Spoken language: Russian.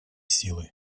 силы